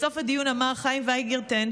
בסוף הדיון אמר חיים וינגרטן,